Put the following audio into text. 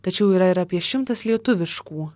tačiau yra ir apie šimtas lietuviškų